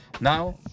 Now